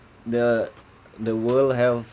the the world health